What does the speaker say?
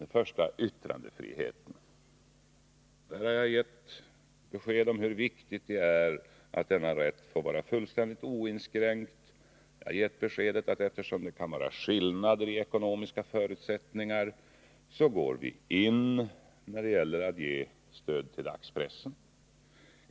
Den första gällde yttrandefriheten. Där har jag gett besked om hur viktigt det är att denna rätt får vara fullständigt oinskränkt. Jag har lämnat beskedet att vi, eftersom det kan vara skillnader i ekonomiska förutsättningar, går in och ger stöd till dagspressen.